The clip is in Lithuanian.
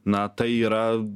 na tai yra